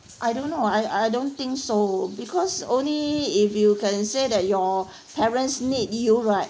I don't know I I don't think so because only if you can say that your parents need you right